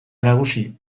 nagusi